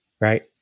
right